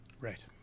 Right